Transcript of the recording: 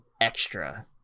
extra